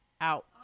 out